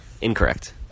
incorrect